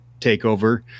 takeover